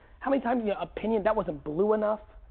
how many times yeah opinion, that wasn't blue enough.